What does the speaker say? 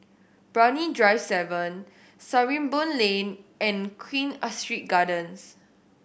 Brani Drive Seven Sarimbun Lane and Queen Astrid Gardens